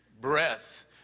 breath